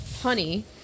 honey